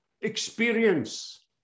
experience